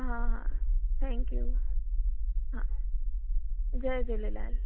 हा हा thank you हा जय झूलेलाल